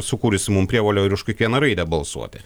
sukūrusi mum prievolę ir už kiekvieną raidę balsuoti